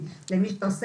פניתי בבקשה אצלנו,